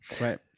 Right